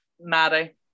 Maddie